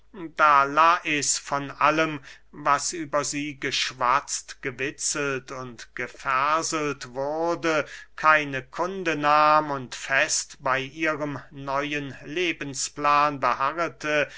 da lais von allem was über sie geschwatzt gewitzelt und geverselt wurde keine kunde nahm und fest bey ihrem neuen lebensplan beharrete